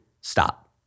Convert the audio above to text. stop